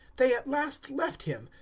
they at last left him,